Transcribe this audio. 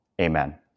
Amen